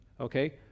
okay